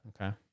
okay